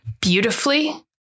beautifully